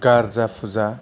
गारजा फुजा